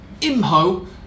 Imho